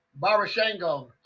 Barashango